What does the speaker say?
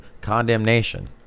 condemnation